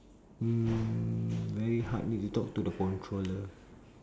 mm very hard need to talk to the controller